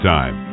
Time